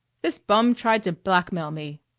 this bum tried to blackmail me!